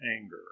anger